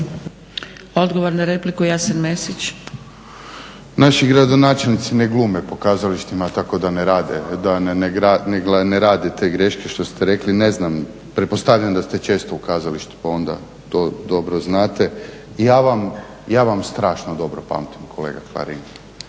Mesić. **Mesić, Jasen (HDZ)** Naši gradonačelnici ne glume po kazalištima tako da ne rade te greške što ste rekli, ne znam, pretpostavljam da ste često u kazalištu pa onda to dobro znate. Ja vam strašno dobro pamtim kolega Klarin.